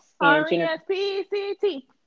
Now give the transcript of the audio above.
R-E-S-P-C-T